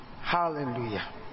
Hallelujah